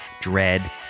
dread